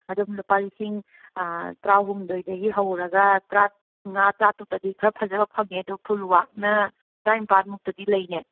ꯑꯗꯨꯝ ꯂꯨꯄꯥ ꯂꯤꯁꯤꯡ ꯇꯔꯥꯍꯨꯝꯗꯣꯏꯗꯒꯤ ꯍꯧꯔꯒ ꯇ꯭ꯔꯥꯉꯥ ꯇꯔꯥꯇꯔꯨꯛꯇꯗꯤ ꯈꯔ ꯐꯖꯕ ꯐꯪꯉꯦ ꯑꯗꯣ ꯐꯨꯜ ꯋꯥꯛꯅ ꯇ꯭ꯔꯥꯏꯝꯄꯥꯟꯃꯨꯛꯇꯗꯤ ꯂꯩꯅꯦ